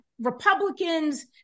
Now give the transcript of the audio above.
Republicans